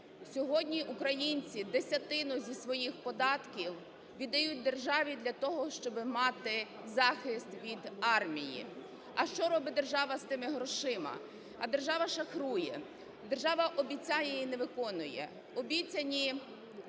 Сьогодні українці десятину зі своїх податків віддають державі для того, щоб мати захист від армії. А що робить держава з тими грошима? А держава шахрує, держава обіцяє і не виконує. Обіцяні